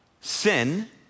sin